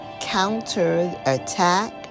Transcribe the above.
Counter-Attack